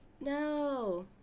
No